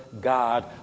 God